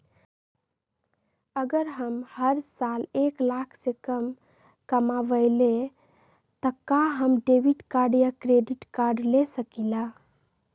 अगर हम हर साल एक लाख से कम कमावईले त का हम डेबिट कार्ड या क्रेडिट कार्ड ले सकीला?